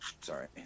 sorry